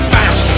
Fast